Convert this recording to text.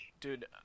dude